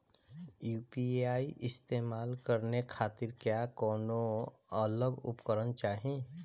UPI इस्तेमाल करने खातिर क्या कौनो अलग उपकरण चाहीं?